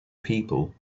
people